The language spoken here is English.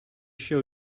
show